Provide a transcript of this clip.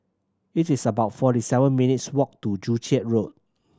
it is about forty seven minutes' walk to Joo Chiat Road